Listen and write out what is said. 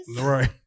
Right